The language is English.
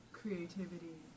creativity